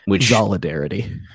Solidarity